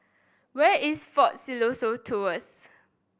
where is Fort Siloso Tours